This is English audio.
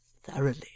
thoroughly